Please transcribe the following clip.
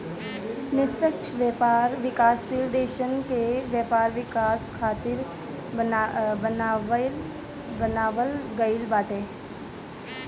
निष्पक्ष व्यापार विकासशील देसन के व्यापार विकास खातिर बनावल गईल बाटे